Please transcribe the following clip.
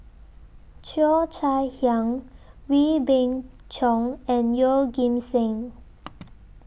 Cheo Chai Hiang Wee Beng Chong and Yeoh Ghim Seng